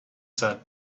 said